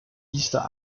easter